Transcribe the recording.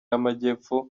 y’amajyepfo